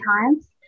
times